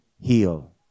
heal